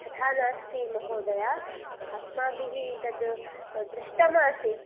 तथा नास्ति महोदयः अस्माभिः तद् दृष्टमासीत्